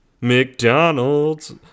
McDonald's